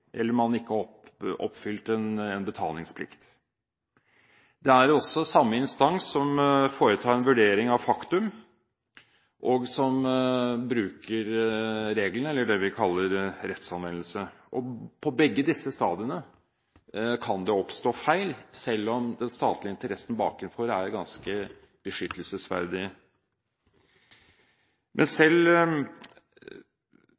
eller man ikke har oppfylt en betalingsplikt. Det er også samme instans som foretar en vurdering av faktum, og som bruker reglene eller det vi kan kalle rettsanvendelse. På begge disse stadiene kan det oppstå feil, selv om den statlige interessen bakenfor er ganske beskyttelsesverdig.